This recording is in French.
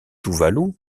tuvalu